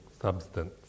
substance